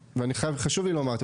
חשוב לי לומר,